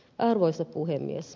arvoisa puhemies